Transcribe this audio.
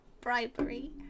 Bribery